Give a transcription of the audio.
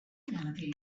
have